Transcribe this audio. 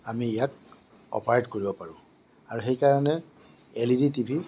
আমি ইয়াক অপাৰেট কৰিব পাৰোঁ আৰু সেইকাৰণে L E D T V